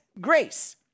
grace